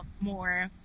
more